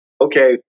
Okay